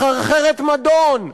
מחרחרת מדון,